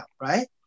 Right